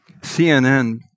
CNN